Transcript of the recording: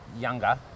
younger